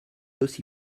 aussi